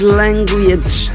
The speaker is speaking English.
language